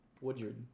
Woodyard